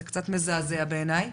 זה קצת מזעזע בעיניי.